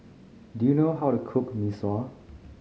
do you know how to cook Mee Sua